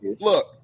look